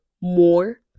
more